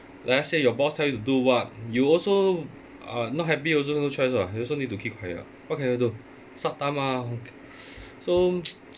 like let's say your boss tell you do what you also uh not happy also no choice [what] you also need to keep quiet [what] what can you do suck thumb mah so